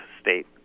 state